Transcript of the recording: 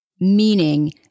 meaning